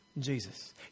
Jesus